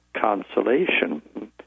consolation